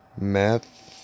meth